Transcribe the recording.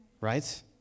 right